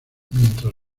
mientras